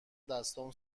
دستام